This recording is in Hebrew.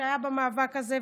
שהיה במאבק הזה,